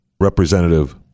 Representative